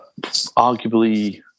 arguably